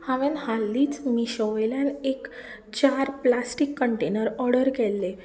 हांवें हालींच मिशोवेल्यान एक चार प्लास्टीक कंटेनर ऑर्डर केल्ले